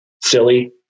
silly